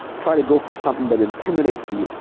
try to go for something that intimidates you,